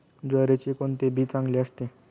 ज्वारीचे कोणते बी चांगले असते?